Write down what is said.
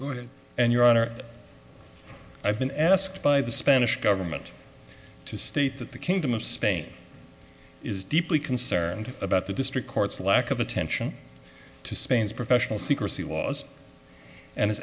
going and your honor i've been asked by the spanish government to state that the kingdom of spain is deeply concerned about the district court's lack of attention to spain's professional secrecy laws and